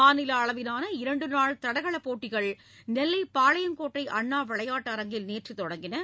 மாநில அளவிலான இரண்டு நாள் தடகளப் போட்டிகள்நெல்லை பாளையங்கோட்டை அண்ணா விளையாட்டு அரங்கில் நேற்று தொடங்கியது